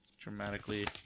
Dramatically